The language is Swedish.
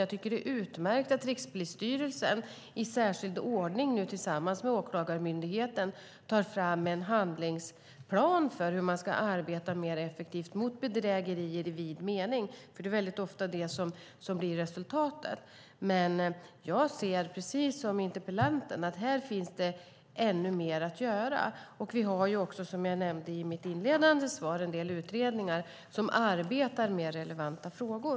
Jag tycker att det är utmärkt att Rikspolisstyrelsen nu i särskild ordning tillsammans med Åklagarmyndigheten tar fram en handlingsplan för hur man ska arbeta mer effektivt mot bedrägerier i vid mening. Jag ser precis som interpellanten att det finns ännu mer att göra här. Vi har också, som jag nämnde i mitt inledande svar, en del utredningar som arbetar med relevanta frågor.